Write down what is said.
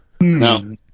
No